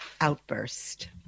outburst